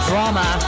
Drama